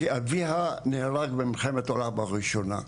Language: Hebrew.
כי אביה נהרג במלחמת העולם הראשונה.